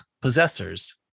possessors